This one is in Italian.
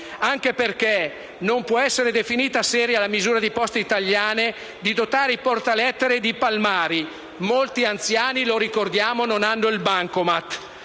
Anche perché non può essere definita seria la misura di Poste italiane di dotare i porta lettere di palmari. Molti anziani, lo ricordiamo, non hanno il *bancomat*!